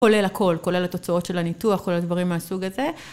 כולל הכל, כולל התוצאות של הניתוח, כולל דברים מהסוג הזה.